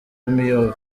miyove